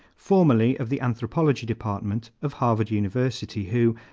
formerly of the anthropology department of harvard university, who,